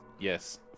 yes